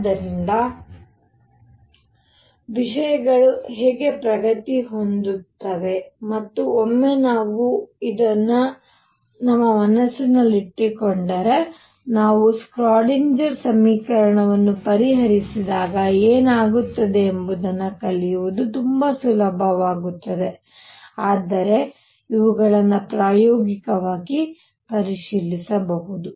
ಆದ್ದರಿಂದ ವಿಷಯಗಳು ಹೇಗೆ ಪ್ರಗತಿ ಹೊಂದುತ್ತವೆ ಮತ್ತು ಒಮ್ಮೆ ನಾವು ಇದನ್ನು ನಮ್ಮ ಮನಸ್ಸಿನಲ್ಲಿಟ್ಟುಕೊಂಡರೆ ನಾವು ಸ್ಕ್ರಾಡಿನ್ಜಾರ್Schrödinger ಸಮೀಕರಣವನ್ನು ಪರಿಹರಿಸಿದಾಗ ಏನಾಗುತ್ತದೆ ಎಂಬುದನ್ನು ಕಲಿಯುವುದು ತುಂಬಾ ಸುಲಭವಾಗುತ್ತದೆ ಆದರೆ ಇವುಗಳನ್ನು ಪ್ರಾಯೋಗಿಕವಾಗಿ ಪರಿಶೀಲಿಸಬಹುದು